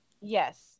Yes